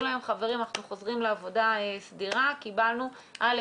להם שחוזרים לעבודה סדירה כי קיבלו א',